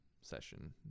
session